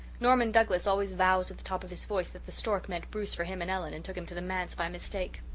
norman douglas always vows at the top of his voice that the stork meant bruce for him and ellen and took him to the manse by mistake.